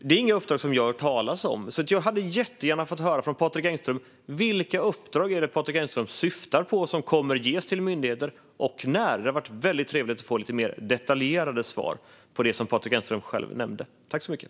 Det är inga uppdrag som jag har hört talas om, så jag hade gärna velat höra vilka uppdrag han syftar på som ska ges till myndigheterna och när det ska ske. Det vore trevligt att få lite mer detaljerade svar på det som Patrik Engström tog upp.